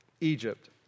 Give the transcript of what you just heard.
Egypt